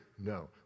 No